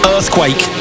Earthquake